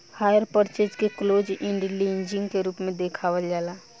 hire purchase के close end leasing के रूप में देखावल जाला